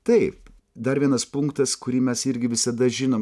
taip dar vienas punktas kurį mes irgi visada žinom